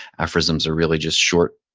aphorisms are really just short,